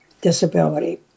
disability